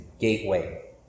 gateway